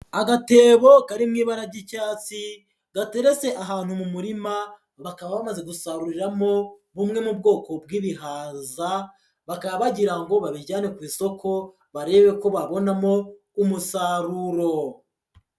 Agatebo kari mu ibara ry'icyatsi gateretse ahantu mu murima, bakaba bamaze gusaruriramo bumwe mu bwoko bw'ibihaza, bakaba bagira ngo babijyane ku isoko barebe ko babonamo umusaruro.